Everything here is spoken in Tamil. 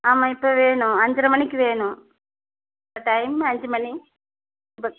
ஆமாம் இப்போ வேணும் அஞ்சரை மணிக்கு வேணும் இப்போ டைம் அஞ்சு மணி இப்போ